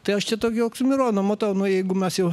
tai aš čia tokį oksimoroną matau nu jeigu mes jau